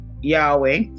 Yahweh